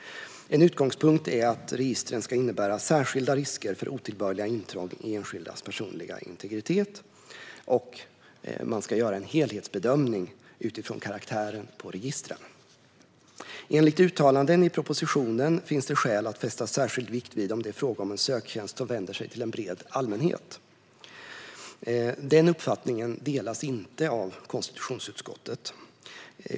En utgångspunkt är att registren ska innebära särskilda risker för otillbörliga intrång i enskildas personliga integritet. En helhetsbedömning ska göras utifrån karaktären på registren. Enligt uttalanden i propositionen finns det skäl att fästa särskild vikt vid om det är fråga om en söktjänst som vänder sig till en bred allmänhet. Den uppfattningen delas inte av konstitutionsutskottet.